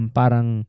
parang